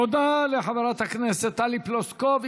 תודה לחברת הכנסת טלי פלוסקוב.